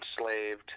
enslaved